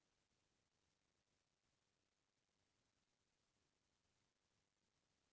कौन धान के डंठल छोटा होला?